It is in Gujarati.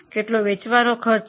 કેટલો વેચાણ ખર્ચ છે